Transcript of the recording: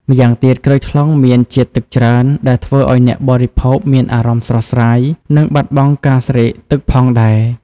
ម្យ៉ាងទៀត ក្រូចថ្លុងមានជាតិទឹកច្រើន ដែលធ្វើឱ្យអ្នកបរិភោគមានអារម្មណ៍ស្រស់ស្រាយ និងបាត់បង់ការស្រេកទឹកផងដែរ។